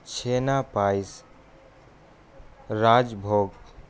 چھینا payesh raj بھوگ